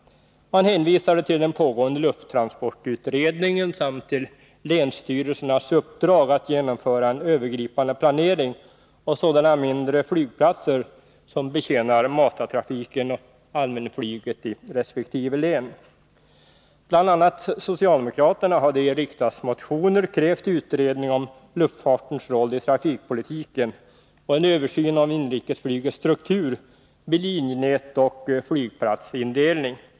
Man hänvisade till den pågående lufttransportutredningen samt till länsstyrelsernas uppdrag att genomföra en övergripande planering av sådana mindre flygplatser som betjänar matartrafiken och allmänflyget i resp. län. Bl. a. socialdemokraterna hade i riksdagsmotioner krävt utredning om luftfartens roll i trafikpolitiken och en översyn av inrikesflygets struktur med linjenät och flygplatsindelning.